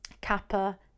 kappa